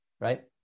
right